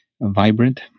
vibrant